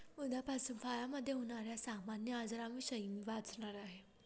उद्यापासून फळामधे होण्याऱ्या सामान्य आजारांविषयी मी वाचणार आहे